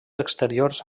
exteriors